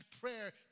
prayer